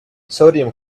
sodium